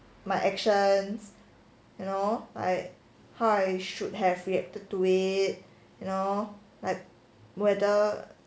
my actions you know like how I should have reacted to do it you know like weather